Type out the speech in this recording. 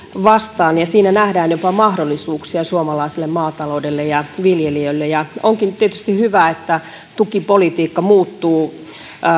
vastaan ja siinä nähdään jopa mahdollisuuksia suomalaiselle maataloudelle ja viljelijöille onkin tietysti hyvä että tukipolitiikka muuttuu